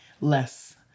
less